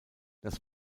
das